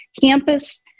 campus